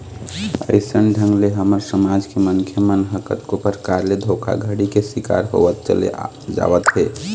अइसन ढंग ले हमर समाज के मनखे मन ह कतको परकार ले धोखाघड़ी के शिकार होवत चले जावत हे